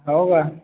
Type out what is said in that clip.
हो का